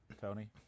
Tony